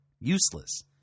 useless